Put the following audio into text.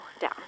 down